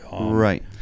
Right